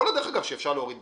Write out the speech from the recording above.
יכול להיות שאפשר להוריד ב-20%,